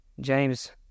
James